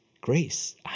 grace